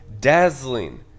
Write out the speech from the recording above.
dazzling